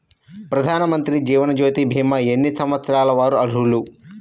ప్రధానమంత్రి జీవనజ్యోతి భీమా ఎన్ని సంవత్సరాల వారు అర్హులు?